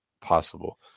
possible